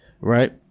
Right